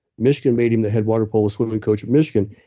michigan made him the head water polo swimming coach at michigan,